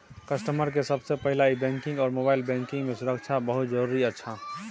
customer के सबसे पहला ई बैंकिंग आर मोबाइल बैंकिंग मां सुरक्षा बहुत जरूरी अच्छा